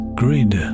grid